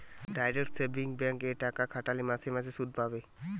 direct savings bank এ টাকা খাটালে মাসে মাসে শুধ পাবে